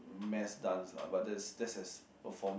mass dance lah but that's that's as performing